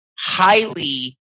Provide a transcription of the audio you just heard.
highly